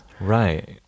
Right